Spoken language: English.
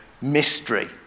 mystery